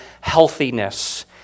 healthiness